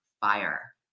fire